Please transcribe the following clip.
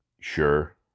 Sure